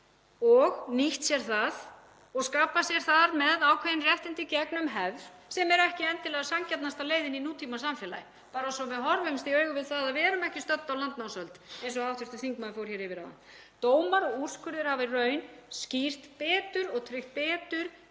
og nýtt sér það og skapað sér þar með ákveðin réttindi í gegnum hefð sem er ekki endilega sanngjarnasta leiðin í nútímasamfélagi, bara svo að við horfumst í augu við það að við erum ekki stödd á landnámsöld eins og hv. þingmaður fór hér yfir áðan. Dómar og úrskurðir hafa í raun skýrt betur og tryggt betur